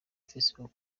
facebook